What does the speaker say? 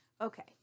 Okay